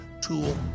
tool